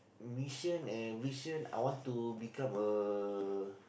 vision and mission I want to become a